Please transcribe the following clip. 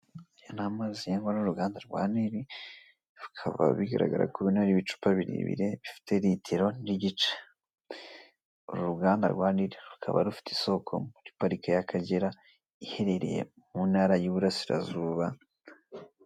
Aya ni amazi yo mururu ruganda rwa nili bikaba bigaragara ko bino ari ibicupa birebire bifite litiro nigice uru ruganda rwa nili rukaba rufite isoko muri parike ya akagera iherereye muntara yi iburasirazuba.